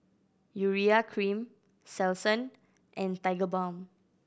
Urea Cream Selsun and Tigerbalm